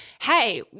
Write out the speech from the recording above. Hey